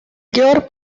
york